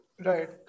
Right